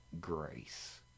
grace